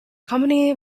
company